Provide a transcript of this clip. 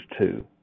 two